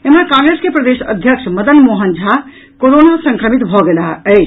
एम्हर कांग्रेस के प्रदेश अध्यक्ष मदन मोहन झा कोरोना संक्रमित भऽ गेलाह अछि